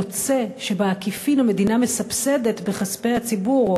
יוצא שבעקיפין המדינה מסבסדת בכספי הציבור,